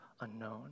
unknown